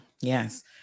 Yes